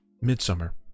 midsummer